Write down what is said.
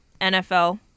NFL